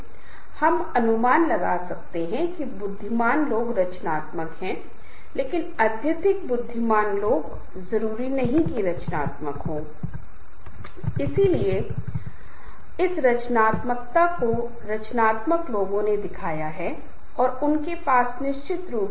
वे आम तौर पर समूह के अस्तित्व को सुविधाजनक बनाने व्यवहार को अधिक अनुमानित बनाने शर्मनाक स्थितियों से बचने और समूह के मूल्यों को व्यक्त करने के लिए बनाए जाते हैं